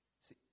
See